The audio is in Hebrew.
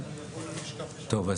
טוב,